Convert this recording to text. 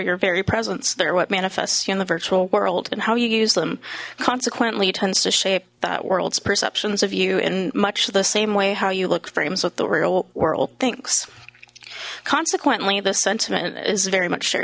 your very presence they're what manifests you in the virtual world and how you use them consequently tends to shape that world's perceptions of you in much the same way how you look frames with the real world thinks consequently this sentiment is very much